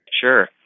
Sure